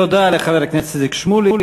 תודה לחבר הכנסת איציק שמולי.